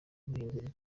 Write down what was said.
guhindura